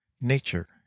nature